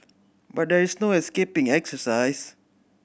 but there is no escaping exercise